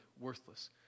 worthless